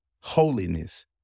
holiness